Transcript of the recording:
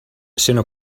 sinó